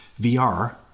VR